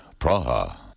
Praha